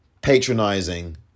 patronizing